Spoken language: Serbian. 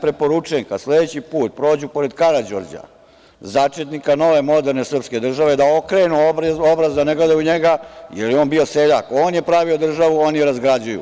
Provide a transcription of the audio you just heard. Preporučujem im da, kada sledeći put prođu pored Karađorđa, začetnika nove moderne srpske države, okrenu obraz, da ne gledaju u njega, jer je on bio seljak, on je pravio državu, a oni je razgrađuju.